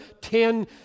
ten